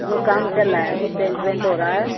وہ کام چل رہا ہے ابھی پینٹ وینٹ ہو رہا ہے